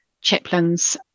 chaplains